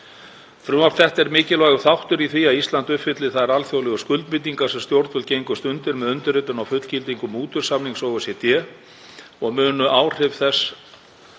Frumvarp þetta er mikilvægur þáttur í því að Ísland uppfylli þær alþjóðlegu skuldbindingar sem stjórnvöld gengust undir með undirritun og fullgildingu mútusamnings OECD og munu áhrif þess